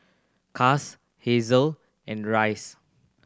Cas Hazelle and Reyes